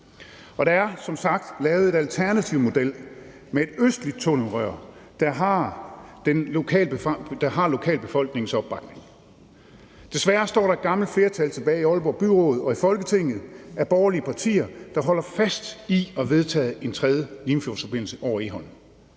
og der er som sagt blevet lavet en alternativ model med et østligt tunnelrør, der har lokalbefolkningens opbakning. Desværre står der et gammelt flertal af borgerlige partier tilbage i Aalborg Byråd og i Folketinget, der holder fast i at vedtage en tredje Limfjordsforbindelse over Egholm.